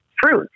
fruits